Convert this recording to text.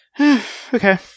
Okay